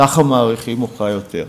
ככה מעריכים אותך יותר.